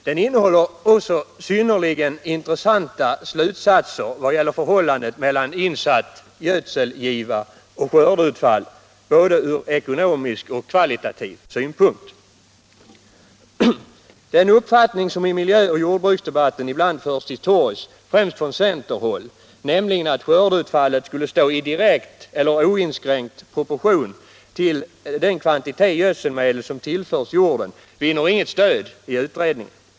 Den innehåller också synnerligen intressanta slutsatser om förhållandet mellan insatt gödselgiva och skördeutfall från både ekonomisk och kvalitativ synpunkt. Den uppfattning som i miljö och jordbruksdebatten ibland förs till torgs främst från centerhåll, att skördeutfallet skulle stå i direkt eller oinskränkt proportion till den kvantitet gödselmedel som tillförs jorden, finner inget stöd i utredningen.